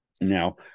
Now